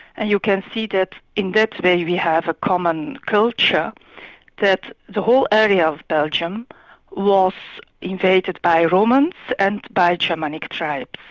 and you can see that in that way we have a common culture that the whole area of belgium was invaded by romans and by germanic tribes.